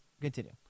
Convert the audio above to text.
Continue